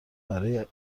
برای